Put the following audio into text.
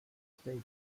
state